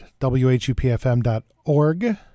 WHUPFM.org